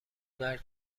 مرگ